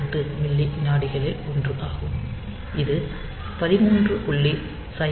548 milli விநாடிகளில் 1 ஆகும் இது 13